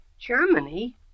Germany